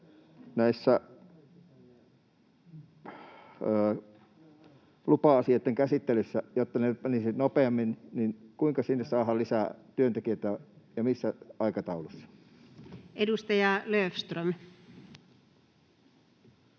nämä lupa-asioitten käsittelyt menisivät nopeammin, niin kuinka sinne saadaan lisää työntekijöitä ja missä aikataulussa? [Speech 24]